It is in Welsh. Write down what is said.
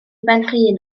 penrhyn